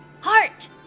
Heart